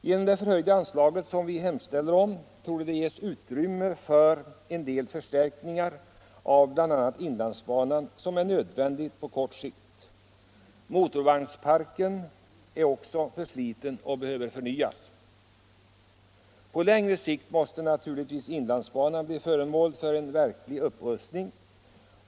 Genom det höjda anslag vi hemställer om torde det ges utrymme för en del förstärkningar av bl.a. inlandsbanan som är nödvändiga på kort sikt. Motorvagnparken är också försliten och behöver förnyas. På längre sikt måste naturligtvis inlandsbanan bli föremål för en verklig upprustning.